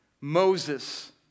Moses